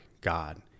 God